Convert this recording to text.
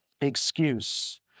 excuse